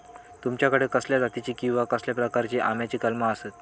तुमच्याकडे कसल्या जातीची किवा कसल्या प्रकाराची आम्याची कलमा आसत?